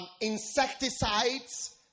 insecticides